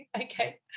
Okay